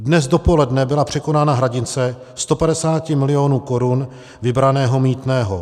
Dnes dopoledne byla překonána hranice 150 milionů korun vybraného mýtného.